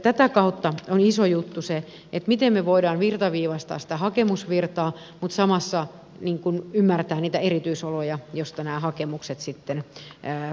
tätä kautta on iso juttu se miten me voimme virtaviivaistaa sitä hakemusvirtaa mutta samalla ymmärtää niitä erityisoloja joista nämä hakemukset sitten kumpuavat